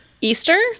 Easter